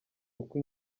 uko